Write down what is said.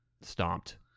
stomped